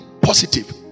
positive